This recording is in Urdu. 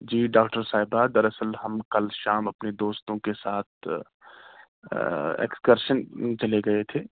جی داکٹر صاحبہ دراصل ہم کل شام اپنے دوستوں کے ساتھ ایکسکرسن چلے گئے تھے